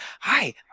hi